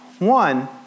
One